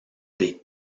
des